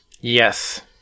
Yes